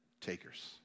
takers